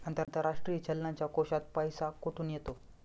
आंतरराष्ट्रीय चलनाच्या कोशात पैसा कुठून येतो?